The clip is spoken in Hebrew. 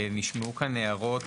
נשמעו כאן הערות,